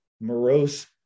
morose